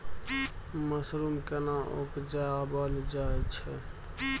Mushroom केना उबजाबल जाय छै?